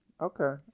Okay